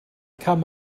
come